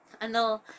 ano